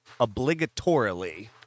obligatorily